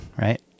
right